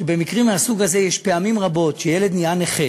שבמקרים מהסוג הזה פעמים רבות כשילד נהיה נכה